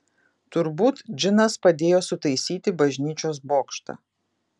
turbūt džinas padėjo sutaisyti bažnyčios bokštą